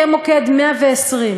יהיה מוקד 120,